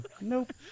Nope